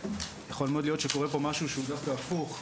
יכול מאוד להיות שקורה פה משהו שהוא דווקא הפוך,